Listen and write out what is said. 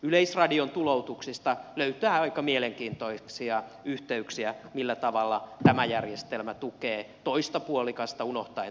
yleisradion tuloutuksista löytää aika mielenkiintoisia yhteyksiä millä tavalla tämä järjestelmä tukee toista puolikasta unohtaen toisen puolikkaan